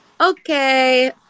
Okay